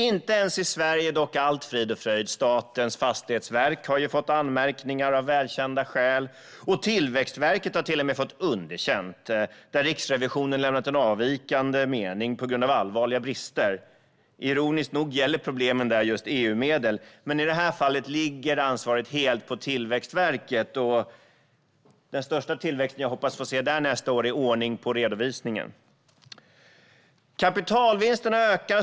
Inte ens i Sverige är dock allt frid och fröjd; Statens fastighetsverk har ju fått anmärkningar av välkända skäl, och Tillväxtverket har till och med fått underkänt genom att Riksrevisionen har anmält en avvikande mening på grund av allvarliga brister. Ironiskt nog gäller problemen där just EU-medel, men i detta fall ligger ansvaret helt på Tillväxtverket. Den största tillväxt som jag hoppas få se där nästa år är ordning på redovisningen. Kapitalvinsterna ökar.